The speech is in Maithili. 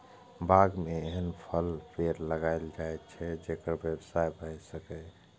बाग मे एहन फलक पेड़ लगाएल जाए छै, जेकर व्यवसाय भए सकय